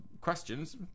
questions